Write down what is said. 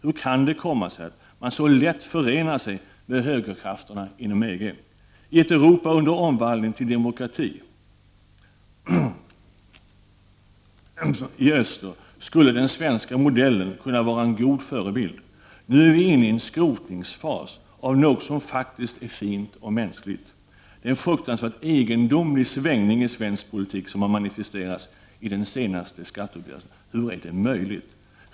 Hur kan det komma sig att man så lätt förenar sig med högerkrafterna inom EG? I ett Europa under omvandling till demokrati i öster skulle den svenska modellen kunna vara en god förebild. Nu är vi inne i en fas av skrotning av något som faktiskt är fint och mänskligt. Det är en fruktansvärt egendomlig svängning i svensk politik som har manifesterats i den senaste skatteuppgörelsen. Hur är detta möjligt?